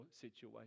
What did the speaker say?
situation